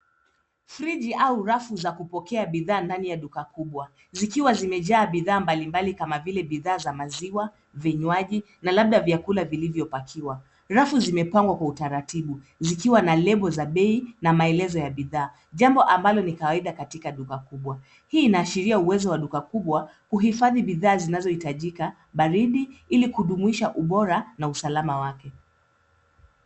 Friji au rafu za kupokea bidhaa ndani ya duka kubwa zikiwa zimejaa bidhaa mbalimbali kama vile bidhaa za maziwa, vinywaji na labda vyakula vilivyopakiwa. Rafu zimepangwa kwa utaratibu zikiwa na lebo za bei na maelezo ya bidhaa jambo ambalo ni kawaida katika duka kubwa. Hii inaashiria uwezo wa lugha kubwa kuhifadhi bidhaa zinazohitajika baridi ili kujumuisha ubora na usalama wake.